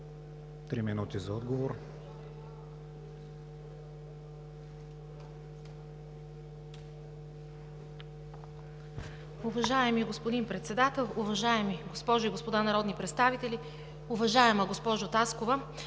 три минути за отговор.